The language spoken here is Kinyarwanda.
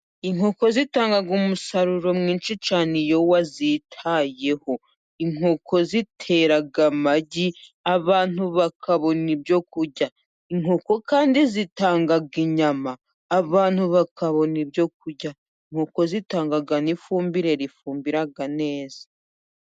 Inkoko zitanga umusaruro mwinshi cyane iyo wazitayeho, inkoko zitera amagi abantu bakabona ibyo kurya, inkoko kandi zitanga inyama abantu bakabona ibyo kurya, inkoko zitanga n'ifumbire ifumbira neza.